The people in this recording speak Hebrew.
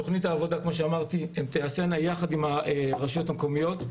תוכנית העבודה תיעשה יחד עם הרשויות המקומיות.